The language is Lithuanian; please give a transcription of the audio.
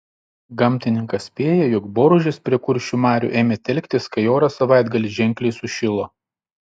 gamtininkas spėja jog boružės prie kuršių marių ėmė telktis kai oras savaitgalį ženkliai sušilo